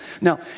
Now